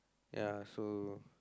ya so